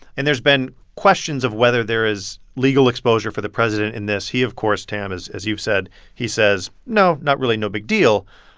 and there's been questions of whether there is legal exposure for the president in this. he of course, tam, as you've said he says, no, not really, no big deal.